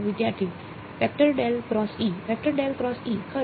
વિદ્યાર્થી ખરું